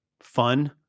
fun